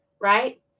Right